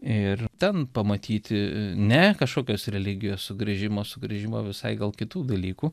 ir ten pamatyti ne kažkokios religijos sugrįžimo sugrįžimo visai gal kitų dalykų